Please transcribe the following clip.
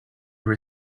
over